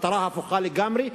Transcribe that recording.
מטרה הפוכה לגמרי,